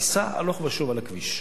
ייסע הלוך ושוב על הכביש.